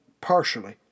partially